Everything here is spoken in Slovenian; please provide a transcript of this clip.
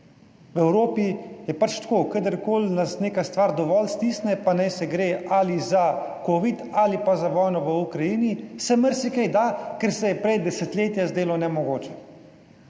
V Evropi je tako, kadarkoli nas neka stvar dovolj stisne, pa naj se gre ali za covid ali pa za vojno v Ukrajini se marsikaj da, ker se je prej desetletja zdelo nemogoče